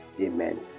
Amen